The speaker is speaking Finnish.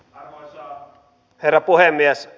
arvoisa herra puhemies